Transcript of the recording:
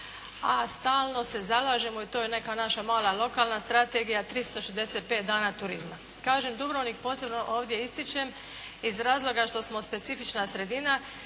A stalno se zalažemo i to je neka naša mala lokalna strategija, 365 dana turizma. Kažem, Dubrovnik posebno ovdje ističem iz razloga što smo specifična sredina